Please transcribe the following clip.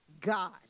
God